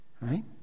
Right